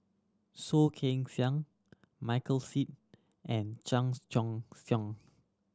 Soh Kay Siang Michael Seet and Chan Choy Siong